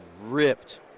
ripped